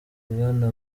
bwana